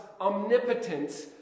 omnipotence